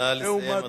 נא לסיים,